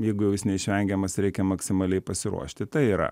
jeigu jau jis neišvengiamas reikia maksimaliai pasiruošti tai yra